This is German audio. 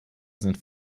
sind